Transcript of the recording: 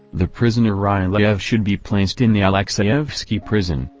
the prisoner ryleyev should be placed in the alexeyevsky prison,